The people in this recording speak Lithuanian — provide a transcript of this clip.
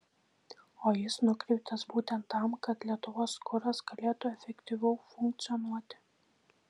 o jis nukreiptas būtent tam kad lietuvos kuras galėtų efektyviau funkcionuoti